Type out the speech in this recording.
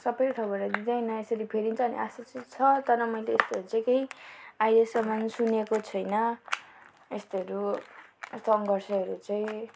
सबैको ठाउँबाट लिँदैन यसरी फेरिन्छ अनि आशा चाहिँ छ तर मैले यस्तोहरू चाहिँ केही अहिलेसम्म सुनेको छुइनँ यस्तोहरू सङ्घर्षहरू चाहिँ